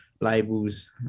labels